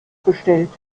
bestellt